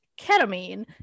ketamine